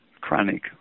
chronic